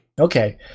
Okay